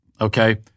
okay